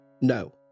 No